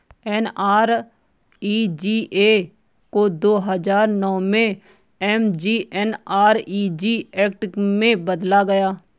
NREGA को दो हजार नौ में एम.जी.एन.आर.इ.जी एक्ट में बदला गया